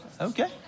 Okay